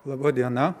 laba diena